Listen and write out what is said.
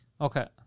Okay